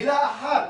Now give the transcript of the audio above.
מילה אחת,